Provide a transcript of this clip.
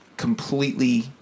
Completely